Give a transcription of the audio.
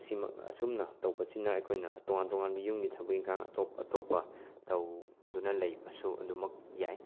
ꯑꯁꯤꯃꯛ ꯑꯁꯨꯝꯅ ꯇꯧꯕꯁꯤꯅ ꯑꯩꯈꯣꯏꯅ ꯇꯣꯉꯥꯟ ꯇꯣꯉꯥꯟꯕ ꯌꯨꯝꯒꯤ ꯊꯕꯛ ꯏꯪꯈꯥꯡ ꯑꯇꯣꯞ ꯑꯇꯣꯞꯄ ꯇꯧꯗꯨꯅ ꯂꯩꯕꯁꯨ ꯑꯗꯨꯃꯛ ꯌꯥꯏ